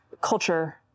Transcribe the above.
culture